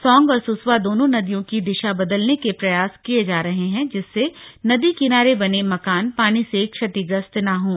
सौंग और सुसवा दोनों नदियों की दिशा बदलने के प्रयास किए जा रहे हैं जिससे नदी किनारे बने मकान पानी से क्षतिग्रस्त न हों